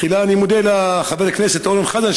תחילה אני מודה לחבר הכנסת אורן חזן,